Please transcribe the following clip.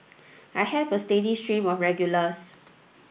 I have a steady stream of regulars